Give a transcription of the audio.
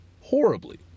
horribly